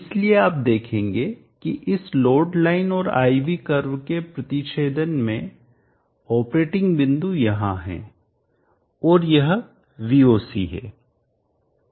इसलिए आप देखेंगे कि इस लोड लाइन और I V कर्व के प्रतिछेदन में ऑपरेटिंग बिंदु यहाँ है और यह VOC है